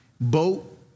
boat